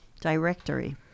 directory